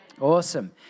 Awesome